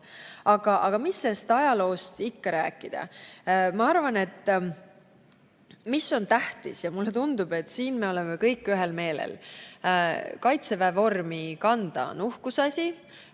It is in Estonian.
Aga mis sellest ajaloost ikka rääkida. Ma arvan, et tähtis on see, ja mulle tundub, et selles me oleme kõik ühel meelel, et Kaitseväe vormi kanda on uhkuseasi.